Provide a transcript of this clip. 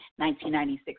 1996